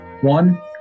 One